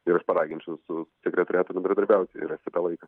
ir aš paraginčiau su sekretoriatu bendradarbiauti ir rasti tą laiką